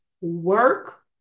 work